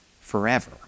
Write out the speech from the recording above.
forever